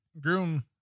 groom